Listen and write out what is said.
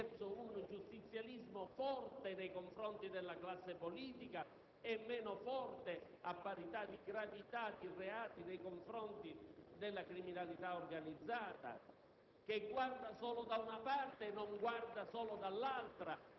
un problema serio, che vede una magistratura inclinata verso un giustizialismo forte nei confronti della classe politica e meno forte - a parità di gravità di reati - nei confronti della criminalità organizzata,